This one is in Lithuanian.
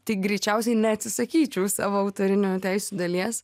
tai greičiausiai neatsisakyčiau savo autorinių teisių dalies